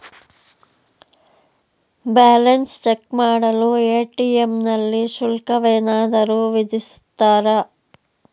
Balance check ಮಾಡಲು ATM ನಲ್ಲಿ ಶುಲ್ಕವೇನಾದರೂ ವಿಧಿಸುತ್ತಾರಾ?